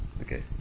Okay